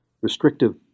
restrictive